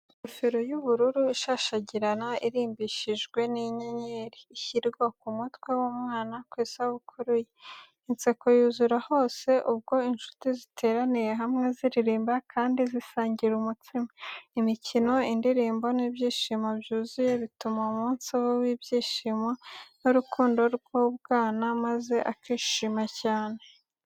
Ingofero y'ubururu ishashagirana, irimbishijwe n’inyenyeri, ishyirwa ku mutwe w'umwana ku isabukuru ye. Inseko yuzura hose ubwo inshuti ziteraniye hamwe, ziririmba kandi zisangira umutsima. Imikino, indirimbo n’ibyishimo byuzuye bituma uwo munsi uba uw’ibyishimo n’urukundo rw’ubwana maze akishima cyane.